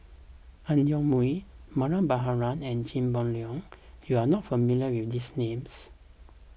Ang Yoke Mooi Mariam Baharom and Chia Boon Leong you are not familiar with these names